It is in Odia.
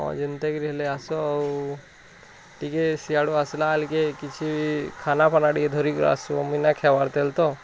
ହ ଯେମତା କିରି ହେଲେ ଆସ ଆଉ ଟିକେ ସାଆଡ଼ୁ ଆସିଲାବେଲ୍ କେ କିଛି ଖାନା ଫାନା ଟିକେ ଧରିକିରି ଆସିବ୍ ମୁଁ ନା ଖେବାର୍ ତ